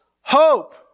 hope